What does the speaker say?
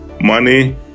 money